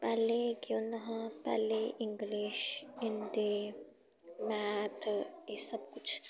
पैह्लें केह् होंदा हा पैह्लें इंग्लिश हिंदी मैथ एह् सब कुछ